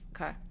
Okay